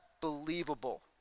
believable